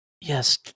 Yes